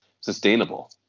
sustainable